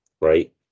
right